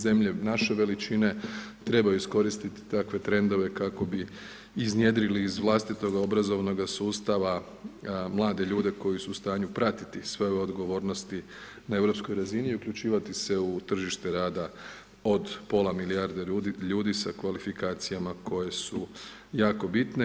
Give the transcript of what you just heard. Zemlje naše veličine trebaju iskoristiti takve trendove kako bi iznjedrili iz vlastitoga obrazovnoga sustava mlade ljude koji su u stanju pratiti svoje odgovornosti na europskoj razini i uključivati se u tržište rada od pola milijarde ljudi sa kvalifikacijama koje su jako bitne.